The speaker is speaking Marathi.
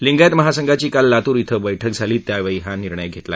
लिंगायत महासंघाची काल लातुर धिं बर्क्क झाली त्यावेळी हा निर्णय घेतला